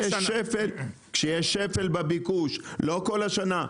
כשיש שפל בביקוש, לא כל השנה.